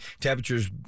Temperatures